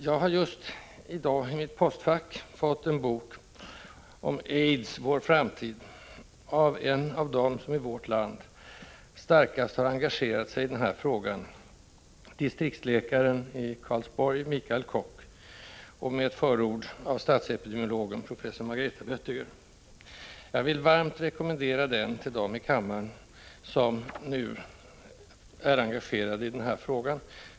Jag har just i dag i mitt postfack fått en bok om ”AIDS — vår framtid?” av en av dem som i vårt land starkast har engagerat sig i den här frågan, distriktsläkaren i Karlsborg Michael Koch, och med förord av statsepidemiologen professor Margareta Böttiger. Jag vill varmt rekommendera den boken till dem i kammaren som nu är engagerade i den här frågan.